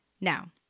Now